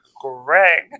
Greg